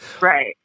Right